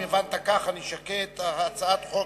אנחנו ממשיכים בסדר-היום.